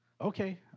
Okay